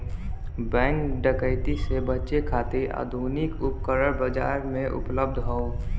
bank डकैती से बचे खातिर आधुनिक उपकरण बाजार में उपलब्ध हौ